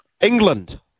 England